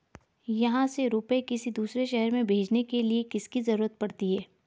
यहाँ से रुपये किसी दूसरे शहर में भेजने के लिए किसकी जरूरत पड़ती है?